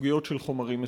בסוגיות של חומרים מסוכנים.